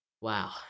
Wow